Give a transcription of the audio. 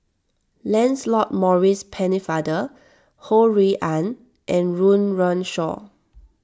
Lancelot Maurice Pennefather Ho Rui An and Run Run Shaw